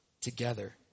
together